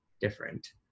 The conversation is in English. different